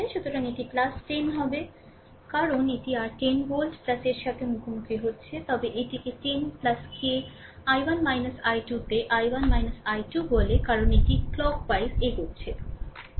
সুতরাং এটি 10 হবে কারণ এটি r10 ভোল্ট এর সাথে মুখোমুখি হচ্ছে তবে এইটিকে 10 কে I1 I2 তে I1 I2 বলে কারণ এটি ঘড়ির কাঁটার দিকে এগিয়ে চলেছে